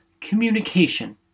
communication